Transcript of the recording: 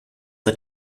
the